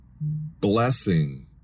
blessing